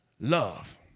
Love